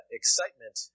excitement